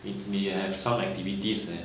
if we have some activities eh